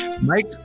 Mike